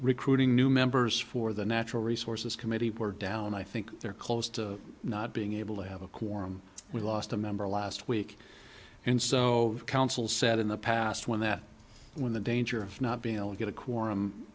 recruiting new members for the natural resources committee we're down and i think they're close to not being able to have a quorum we lost a member last week and so council said in the past when that when the danger of not being able to get a quorum